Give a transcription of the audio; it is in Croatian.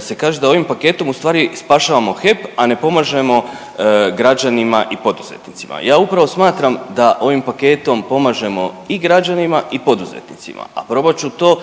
se kaže da ovim paketom ustvari spašavamo HEP, a ne pomažemo građanima i poduzetnicima. Ja upravo smatram da ovim paketom pomažemo i građanima i poduzetnicima, a probat ću to,